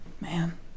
Man